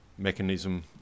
Mechanism